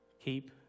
keep